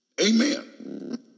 Amen